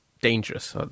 dangerous